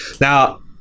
Now